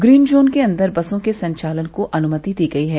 green zone के अंदर बसों के संचालन को अनुमति दी गयी है